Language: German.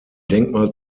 denkmal